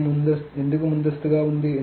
ఇది ఎందుకు ముందస్తుగా ఉంది